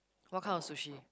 what kind of sushi